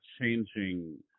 changing